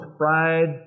fried